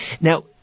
Now